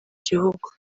gihugu